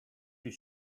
you